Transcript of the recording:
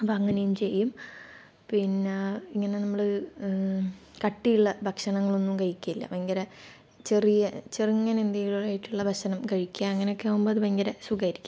അപ്പോൾ അങ്ങനയും ചെയ്യും പിന്നെ ഇങ്ങനെ നമ്മൾ കട്ടിയുള്ള ഭക്ഷണങ്ങളൊന്നും കഴിക്കില്ല ഭയങ്കര ചെറിയ ചെറുതങ്ങനെ എന്തെങ്കിലും ആയിട്ടുള്ള ഭക്ഷണം കഴിക്കുക അങ്ങനെയൊക്കെ ആകുമ്പോൾ അത് ഭയങ്കര സുഖമായിരിക്കും